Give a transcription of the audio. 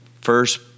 first